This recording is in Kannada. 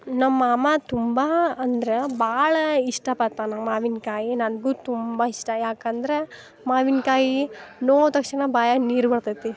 ನಮ್ಮ ಮಾಮ ತುಂಬ ಅಂದ್ರೆ ಭಾಳ ಇಷ್ಟ ಪತ್ತಾನ ಮಾವಿನಕಾಯಿ ನನಗೂ ತುಂಬ ಇಷ್ಟ ಯಾಕಂದ್ರೆ ಮಾವಿನಕಾಯಿ ನೋಡ್ ತಕ್ಷಣ ಬಾಯಾಗಿ ನೀರು ಬರ್ತೈತಿ